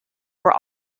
were